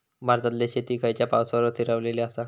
भारतातले शेती खयच्या पावसावर स्थिरावलेली आसा?